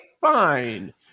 Fine